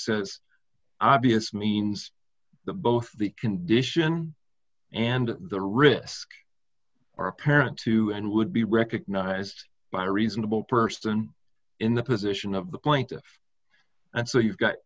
says obvious means that both the condition and the risk are apparent too and would be recognized by a reasonable person in the position of the plaintiff and so you've got